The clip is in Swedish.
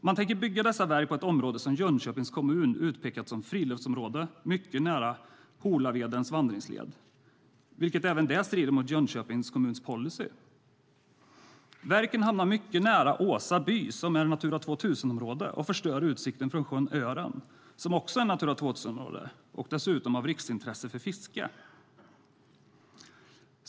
Man tänker bygga dessa verk på ett område som Jönköpings kommun utpekat som friluftsområde, mycket nära Holavedens vandringsled, vilket även det strider mot Jönköpings kommuns policy. Verken hamnar mycket nära Åsa by som är Natura 2000-område och förstör utsikten från sjön Ören som också är Natura 2000-område och dessutom av riksintresse för fiske.